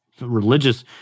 religious